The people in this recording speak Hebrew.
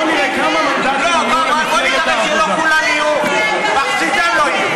בוא נראה כמה מנדטים יהיו למפלגת העבודה.